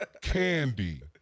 Candy